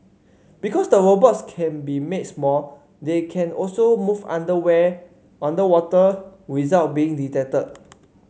because the robots can be made small they can also move underwear underwater without being detected